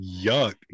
Yuck